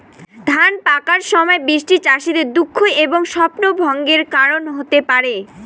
ধান পাকার সময় বৃষ্টি চাষীদের দুঃখ এবং স্বপ্নভঙ্গের কারণ হতে পারে